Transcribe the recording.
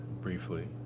Briefly